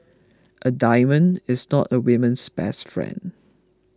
a diamond is not a women's best friend